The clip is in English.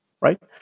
right